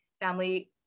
family